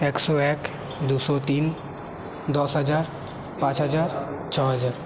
একশো এক দুশো তিন দশ হাজার পাঁচ হাজার ছ হাজার